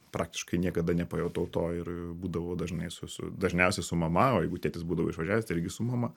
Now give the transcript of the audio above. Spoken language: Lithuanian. praktiškai niekada nepajutau to ir būdavau dažnai su su dažniausiai su mama o jeigu tėtis būdavo išvažiavęs tai irgi su mama